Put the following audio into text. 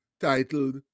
titled